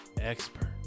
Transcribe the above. expert